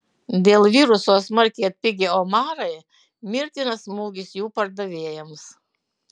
dėl viruso smarkiai atpigę omarai mirtinas smūgis jų pardavėjams